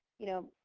you know,